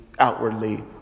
outwardly